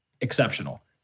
exceptional